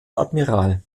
admiral